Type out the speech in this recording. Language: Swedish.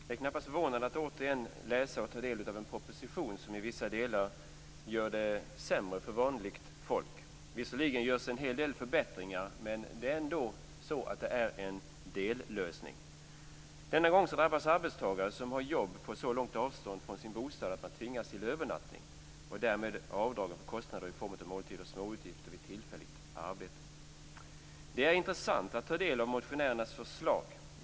Fru talman! Det är knappast förvånande att vi återigen läser och tar del av en proposition som i vissa delar gör det sämre för vanligt folk. Visserligen görs en hel del förbättringar, men det är ändå en dellösning. Denna gång drabbas arbetstagare som har jobb på så långt avstånd från sin bostad att de tvingas till övernattning och därmed avdrag för kostnader i form av utgifter för måltider och småutgifter vid tillfälligt arbete. Det är intressant att ta del av motionärernas förslag.